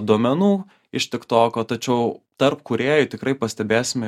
duomenų iš tiktoko tačiau tarp kūrėjų tikrai pastebėsime